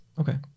okay